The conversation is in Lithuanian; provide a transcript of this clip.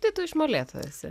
tai tu iš molėtų esi